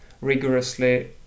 rigorously